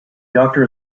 doctor